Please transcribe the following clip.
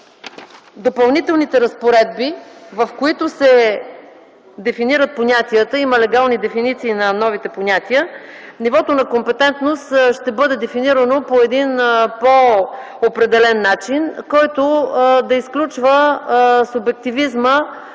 Допълнителните разпоредби, в които се дефинират понятията – има легални дефиниции на новите понятия, „нивото на компетентност” ще бъде дефинирано по един по-определен начин, който да изключва субективизма